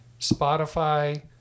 Spotify